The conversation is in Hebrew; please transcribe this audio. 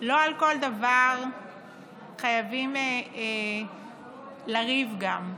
לא על כל דבר חייבים לריב גם.